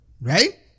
Right